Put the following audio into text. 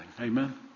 Amen